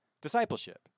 discipleship